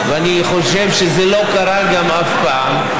ואני גם חושב שזה לא קרה אף פעם.